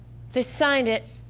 they signed it,